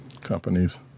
companies